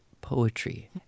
poetry